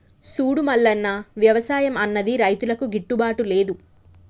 సూడు మల్లన్న, వ్యవసాయం అన్నది రైతులకు గిట్టుబాటు లేదు